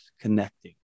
connecting